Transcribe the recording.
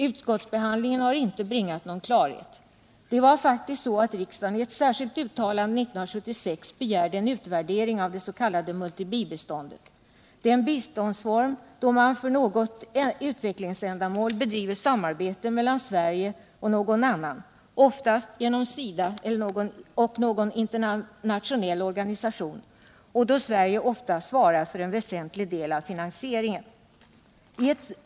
Utskottsbehandlingen har inte bringat någon klarhet. Det var faktiskt så att riksdagen i ett särskilt uttalande 1976 begärde en utvärdering av det s.k. multi-bibiståndet. Det är en biståndsform då man för något utvecklingsändamål bedriver samarbete mellan Sverige och någon annan part, oftast genom SIDA och någon internationell organisation och att Sverige då oftast svarar för en väsentlig del av finansieringen.